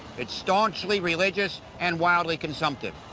it's staunchly religious and wildly consumptive,